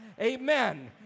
Amen